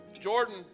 Jordan